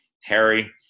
Harry